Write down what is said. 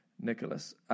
Nicholas